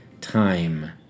time